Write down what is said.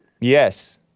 Yes